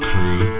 Crew